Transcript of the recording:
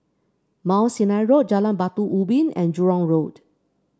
Mount Sinai Road Jalan Batu Ubin and Jurong Road